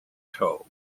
toe